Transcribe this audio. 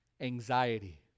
anxiety